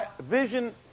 vision